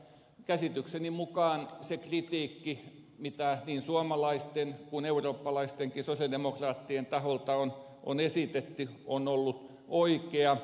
käsitykseni mukaan se kritiikki mitä niin suomalaisten kuin eurooppalaistenkin sosialidemokraattien taholta on esitetty on ollut oikea